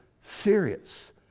serious